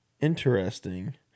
Interesting